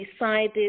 decided